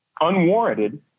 unwarranted